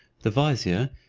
the vizier,